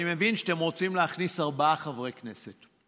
אני מבין שאתם רוצים להכניס ארבעה חברי כנסת.